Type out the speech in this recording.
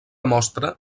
mostra